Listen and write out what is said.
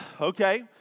Okay